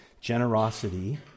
generosity